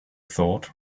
thought